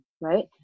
right